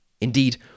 Indeed